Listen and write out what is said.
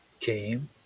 came